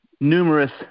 numerous